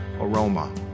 aroma